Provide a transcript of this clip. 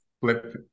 flip